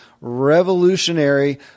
revolutionary